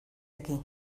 aquí